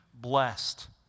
blessed